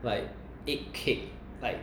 like egg cake like